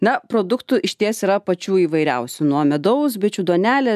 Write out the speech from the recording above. na produktų išties yra pačių įvairiausių nuo medaus bičių duonelės